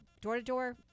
door-to-door